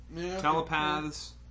telepaths